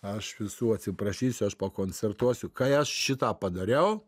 aš visų atsiprašysiu aš pakoncertuosiu kai aš šitą padariau